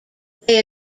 they